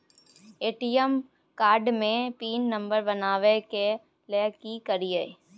ATM card के PIN number बनाबै के लेल की करिए?